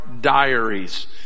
diaries